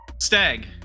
Stag